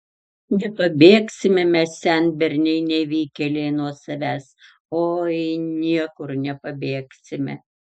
nepabėgsime mes senberniai nevykėliai nuo savęs oi niekur nepabėgsime